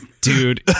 dude